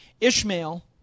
Ishmael